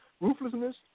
ruthlessness